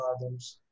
algorithms